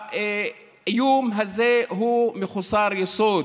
האיום הזה הוא חסר יסוד.